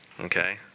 okay